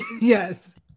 Yes